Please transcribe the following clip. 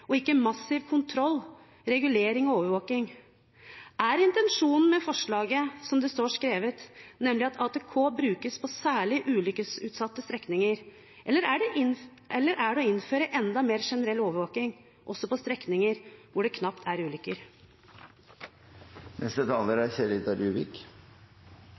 og ikke av massiv kontroll, regulering og overvåking: Er intensjonen med forslaget som det står skrevet, nemlig at ATK skal brukes på særlig ulykkesutsatte strekninger, eller er det å innføre enda mer generell overvåking også på strekninger der det knapt er